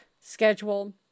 schedule